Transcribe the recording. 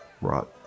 Rot